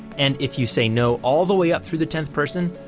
and if you say no all the way up through the tenth person,